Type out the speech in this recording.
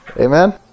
Amen